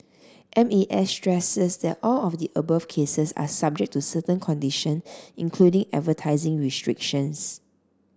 M A S stresses that all of the above cases are subject to certain condition including advertising restrictions